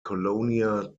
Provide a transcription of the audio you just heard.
colonia